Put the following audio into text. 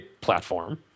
platform